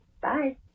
Bye